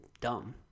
dumb